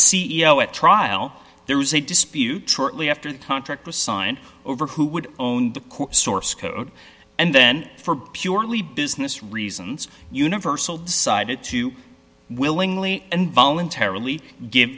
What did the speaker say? o at trial there was a dispute shortly after the contract was signed over who would own the source code and then for purely business reasons universal decided to willingly and voluntarily give